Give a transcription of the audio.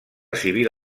civil